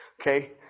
Okay